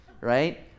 right